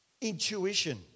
intuition